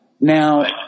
Now